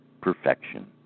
perfection